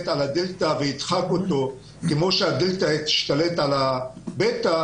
על ה-דלתא וידחק אותו כמו שה-דלתא השתלט על ה-בתא